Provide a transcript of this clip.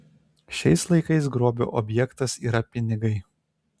šiais laikais grobio objektas yra pinigai